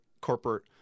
corporate